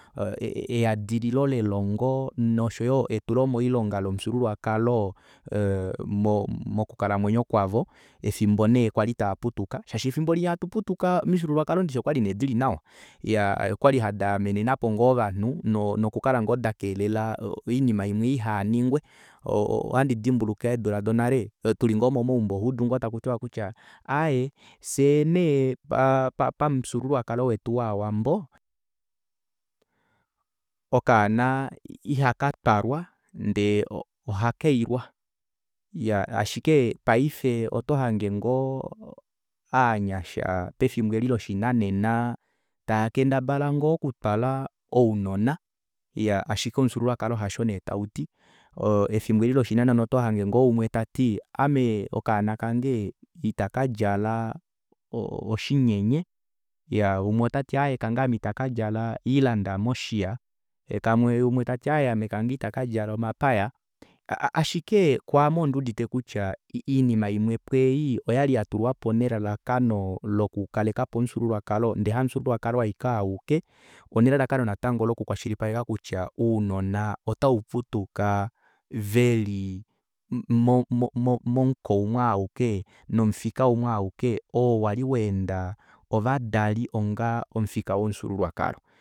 Eadililo lelongo noshoyo etulomoilonga lomufyuululwakalo ee mokukalamwenyo kwavo efimbo nee kwali taaputuka shaashi efimbo linya hatuputuka omifyuululwakalo ndishi okwali nee dili nawa iyaa okwali daamenenapo ngoo ovanhu nokukala ngoo dakelela oinima imwe ihaningwe ohandi dimbuluka eedula donale tuli ngoo moumaumbo ohuudu ngoo takutiwa kutya aaye fyee nee pamufyuululwakalo wetu wova wambo okaana ihakatwalwa ndee nee ohakailwa iyaa ashike paife otohange ngoo ovanyasha pefimbo eli loshinanena taakendabala ngoo okutwala ounona iyaa ashike omufyuululwakalo hasho nee tauti efimbo eli loshinanena otohange ngoo omunhu tati ame okaana kange ita kadjala oshinyenye yee umwe otati ame okaana kange itaka djala oilanda moshiya yee umwe tati aaye ame kange itakadjala omapaya ashike kwaame ondi udite kutya oinima imwepo ei oyali yatulwapo nelalakano loku kalekapo omufyuululwakalo ndee hamufyuululwakalo aike auke onelelakano loku kwashilipaleka natango kutya ounona ota uputuka veli mo- mo momuko umwe auke nomufika umwe auke oo wali waenda ovadali onga omufika womufyuululwakalo